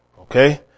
Okay